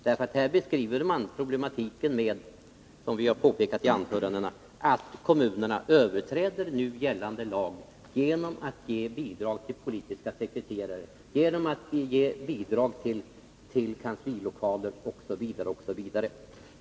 Där beskrivs, som vi har påpekat i anförandena tidigare, problemen med att kommunerna överträder nu gällande lag genom att ge bidrag till politiska sekreterare, genom att ge bidrag till kanslilokaler osv.